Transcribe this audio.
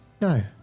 No